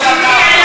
אז מה?